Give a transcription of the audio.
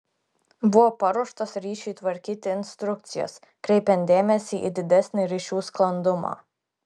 buvo paruoštos ryšiui tvarkyti instrukcijos kreipiant dėmesį į didesnį ryšių sklandumą